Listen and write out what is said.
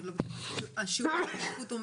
מה זה בעצם שיעור ההשתתפות?